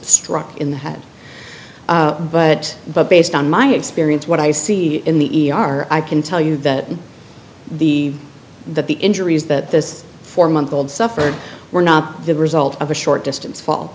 struck in the head but but based on my experience what i see in the e r i can tell you that the that the injuries that this four month old suffered were not the result of a short distance fall